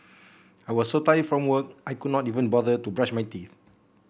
I was so tired from work I could not even bother to brush my teeth